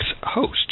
host